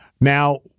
now